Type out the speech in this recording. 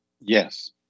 Yes